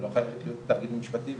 היא לא חייבת להיות תאגיד משפטי.